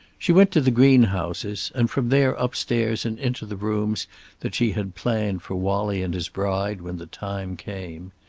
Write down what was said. she went to the greenhouses, and from there upstairs and into the rooms that she had planned for wallie and his bride, when the time came.